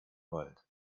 wald